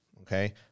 okay